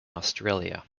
australia